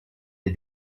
des